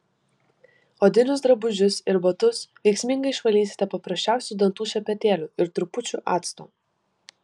odinius drabužius ir batus veiksmingai išvalysite paprasčiausiu dantų šepetėliu ir trupučiu acto